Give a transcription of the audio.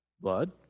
Blood